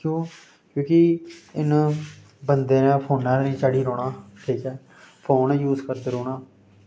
क्यों क्योंकि इन्न बंदे नै फोनै पर गै चढ़ी रौह्ना ठीक ऐ फोन यूज़ करदे रौह्ना